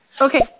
Okay